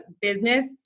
business